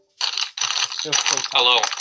Hello